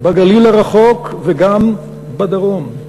בגליל הרחוק וגם בדרום.